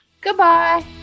Goodbye